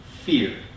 fear